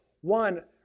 one